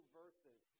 verses